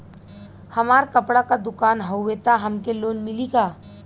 हमार कपड़ा क दुकान हउवे त हमके लोन मिली का?